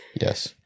Yes